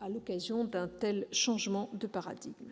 à l'occasion d'un tel changement de paradigme.